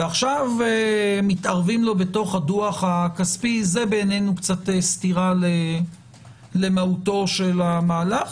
ועכשיו מתערבים לו בדוח הכספי זה בעינינו קצת סתירה למהותו של המהלך,